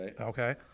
okay